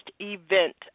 event